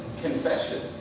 confession